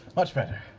much better.